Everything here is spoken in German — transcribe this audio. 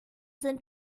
sind